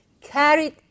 carried